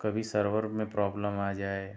कभी सर्वर में प्रोब्लम आ जाए